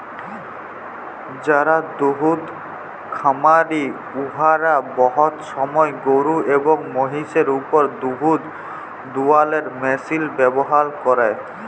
যারা দুহুদ খামারি উয়ারা বহুত সময় গরু এবং মহিষদের উপর দুহুদ দুয়ালোর মেশিল ব্যাভার ক্যরে